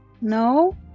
No